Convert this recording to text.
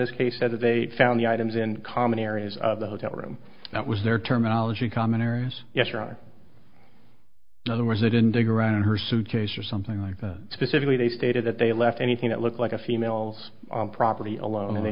this case said that they found the items in common areas of the hotel room was their terminology common areas yes or no there was they didn't dig around her suitcase or something like that specifically they stated that they left anything that looked like a female's property alone and they